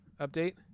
update